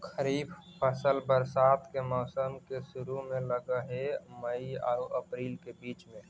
खरीफ फसल बरसात के मौसम के शुरु में लग हे, मई आऊ अपरील के बीच में